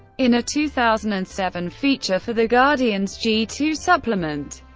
in a two thousand and seven feature for the guardians g two supplement,